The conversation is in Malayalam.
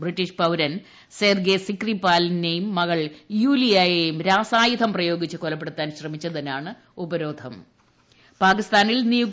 ബ്രിട്ടീഷ് പൌരൻ സെർജി സ്ക്രിപാലിനെയും മകൾ യൂലിയയെയും രാസായുധം പ്രയോഗിച്ച് കൊലപ്പെടുത്താൻ ശ്രമിച്ചതിനാണ് ഉപരോധമെന്ന് യു